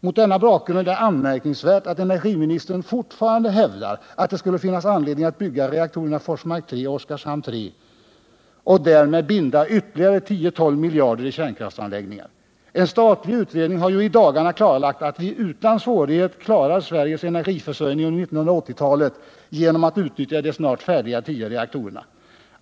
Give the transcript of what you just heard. Mot denna bakgrund är det anmärkningsvärt att energiministern fortfarande hävdar att det skulle finnas anledning att bygga reaktorerna Forsmark 3 och Oskarshamn 3 och därmed binda ytterligare 10-12 miljarder i kärnkraftsanläggningar. En statlig utredning har ju i dagarna klarlagt att vi utan svårighet klarar Sveriges energiförsörjning under 1980-talet genom att utnyttja de snart färdiga tio reaktorerna.